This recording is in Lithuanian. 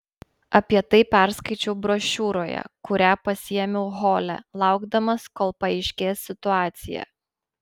apie tai perskaičiau brošiūroje kurią pasiėmiau hole laukdamas kol paaiškės situacija